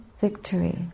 victory